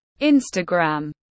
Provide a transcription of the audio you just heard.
Instagram